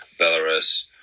Belarus